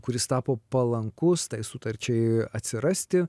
kuris tapo palankus tai sutarčiai atsirasti